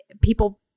people